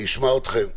אני אשמע אתכם.